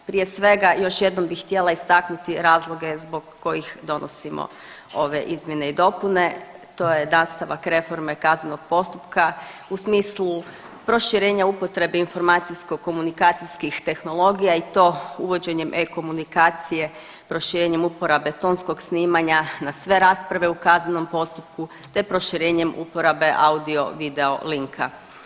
Prije svega još jednom bi htjela istaknuti razloge zbog kojih donosimo ove izmjene i dopune, to je nastavak reforme kaznenog postupka u smislu proširenja upotrebe informacijsko-komunikacijskih tehnologija i to uvođenjem e-Komunikacije proširenjem uporabe tonskog snimanja na sve rasprave u kaznenom postupku te proširenjem uporabe audio video linka.